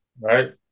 Right